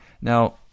Now